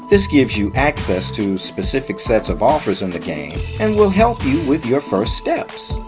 this gives you access to specific sets of offers in the game and will help you with your first steps.